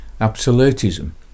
absolutism